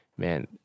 man